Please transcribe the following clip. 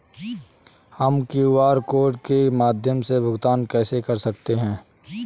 हम QR code के माध्यम से भुगतान कैसे कर सकते हैं?